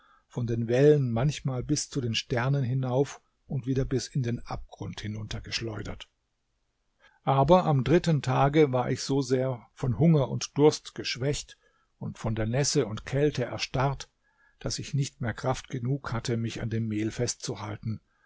von den wellen manchmal bis zu den sternen hinauf und wieder bis in den abgrund hinuntergeschleudert aber am dritten tage war ich so sehr von hunger und durst geschwächt und von der nässe und kälte erstarrt daß ich nicht mehr kraft genug hatte mich an dem mehl festzuhalten